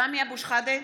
(קוראת בשמות חברי הכנסת) סמי אבו שחאדה,